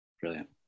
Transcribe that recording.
Brilliant